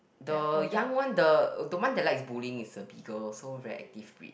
the young one the the one that likes bullying is a Beagle so very active breed